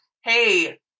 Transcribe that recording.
hey